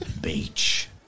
beach